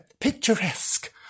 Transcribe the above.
picturesque